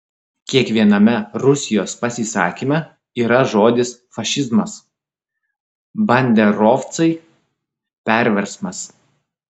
kiekviename rusijos pasisakyme yra žodis fašizmas banderovcai perversmas